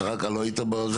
אה, לא היית בכנסת הקודמת?